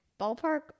Ballpark